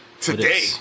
Today